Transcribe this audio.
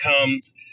comes